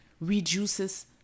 reduces